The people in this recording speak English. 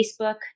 Facebook